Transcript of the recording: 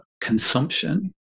consumption